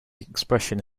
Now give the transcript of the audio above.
expression